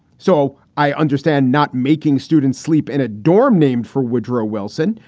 so i understand not making students sleep in a dorm named for woodrow wilson.